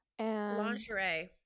Lingerie